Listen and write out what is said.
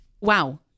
Wow